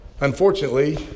Unfortunately